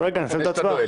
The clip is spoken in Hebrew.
רגע, אני אסיים את ההצבעה.